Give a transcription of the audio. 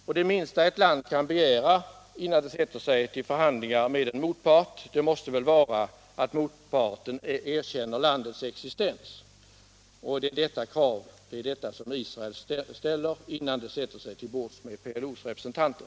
Och det minsta ett land kan begära innan det förhandlar med en motpart måste väl vara att motparten erkänner landets existens. Det är detta krav som representanterna för Israel ställer innan de sätter sig vid förhandlingsbordet med PLO:s representanter.